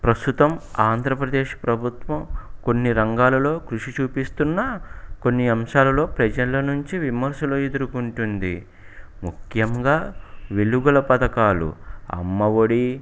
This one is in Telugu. ప్రస్తుతం ఆంధ్రప్రదేశ్ ప్రభుత్వం కొన్ని రంగాల్లో కృషి చూపిస్తున్నా కొన్ని అంశాలలో ప్రజల నుంచి విమర్శలు ఎదురుకుంటోంది ముఖ్యంగా వెలుగుల పథకాలు అమ్మ ఒడి